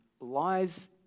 lies